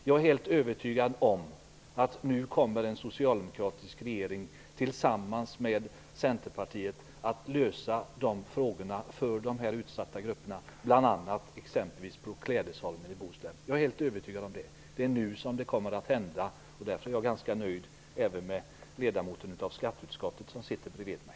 Jag är helt övertygad om att den socialdemokratiska regeringen nu tillsammans med Centerpartiet kommer att lösa de problemen för de här utsatta grupperna, bl.a. på Klädesholmen i Bohuslän. Jag är helt övertygad om det. Det är nu som det kommer att hända. Därför är jag ganska nöjd även med den ledamot av skatteutskottet som sitter bredvid mig.